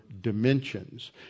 dimensions